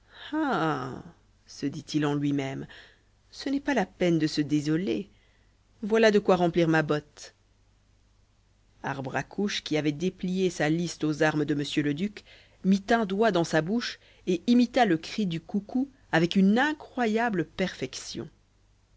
se dit-il en lui-même ce n'est pas la peine de se désoler voilà de quoi remplir ma botte arbre à couche qui avait déplié sa liste aux armes de m le duc mit un doigt dans sa bouche et imita le cri du coucou avec une incroyable perfection